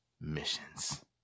missions